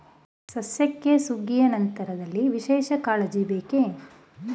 ಸಸ್ಯಕ್ಕೆ ಸುಗ್ಗಿಯ ನಂತರದಲ್ಲಿ ವಿಶೇಷ ಕಾಳಜಿ ಬೇಕೇ?